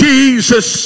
Jesus